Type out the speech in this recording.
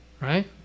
Right